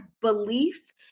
belief